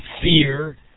Fear